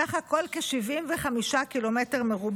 סך הכול, כ-75 קמ"ר.